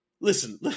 Listen